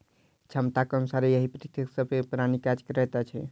क्षमताक अनुसारे एहि पृथ्वीक सभ प्राणी काज करैत अछि